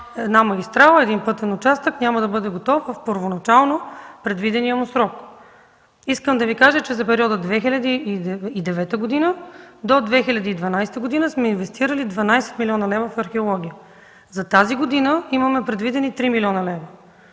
една магистрала, един пътен участък няма да бъде готов в първоначално предвидения му срок. Искам да Ви кажа, че за периода от 2009 г. до 2012 г. сме инвестирали 12 млн. лв. в археологията. За тази година имаме предвидени 3 млн. лв.,